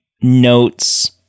notes